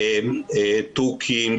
תוכים,